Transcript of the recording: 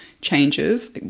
changes